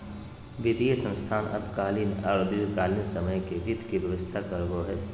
वित्तीय संस्थान अल्पकालीन आर दीर्घकालिन समय ले वित्त के व्यवस्था करवाबो हय